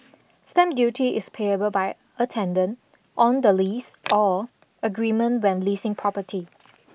stamp duty is payable by a tenant on the lease or agreement when leasing property